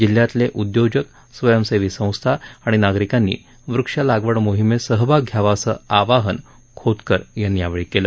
जिल्ह्यातले उद्योजक स्वयंसेवी संस्था आणि नागरिकांनी वृक्ष लागवड मोहिमेत सहभाग घ्यावा असं आवाहन खोतकर यांनी यावेळी केलं